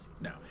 No